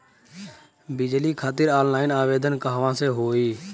बिजली खातिर ऑनलाइन आवेदन कहवा से होयी?